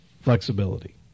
flexibility